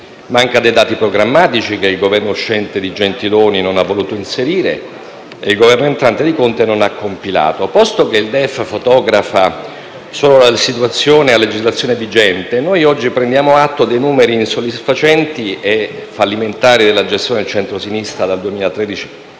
Manca dei dati programmatici, che il Governo uscente di Gentiloni non ha voluto inserire e il Governo entrante di Conte non ha compilato. Posto che il DEF fotografa solo la situazione a legislazione vigente, noi oggi prendiamo atto dei numeri insoddisfacenti e fallimentari della gestione del centrosinistra dal 2013